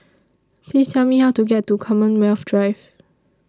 Please Tell Me How to get to Commonwealth Drive